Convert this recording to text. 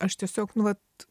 aš tiesiog nu vlat